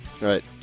Right